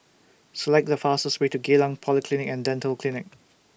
Select The fastest Way to Geylang Polyclinic and Dental Clinic